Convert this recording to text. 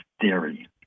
Theory